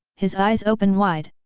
his eyes open wide.